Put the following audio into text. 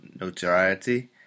notoriety